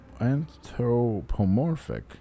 anthropomorphic